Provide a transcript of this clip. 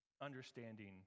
understanding